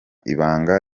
ibanga